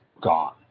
gone